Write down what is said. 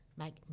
make